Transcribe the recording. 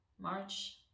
March